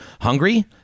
Hungry